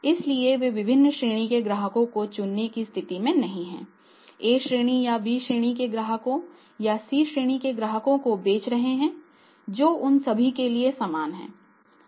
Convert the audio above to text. इसलिए वे विभिन्न श्रेणी के ग्राहकों को चुनने की स्थिति में नहीं हैंA श्रेणी या B श्रेणी के ग्राहकों या C श्रेणी के ग्राहकों को बेच रहे हैंजो उन सभी के लिए समान हैं